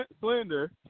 Slender